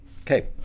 Okay